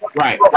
Right